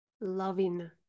loving